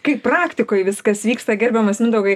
kaip praktikoj viskas vyksta gerbiamas mindaugai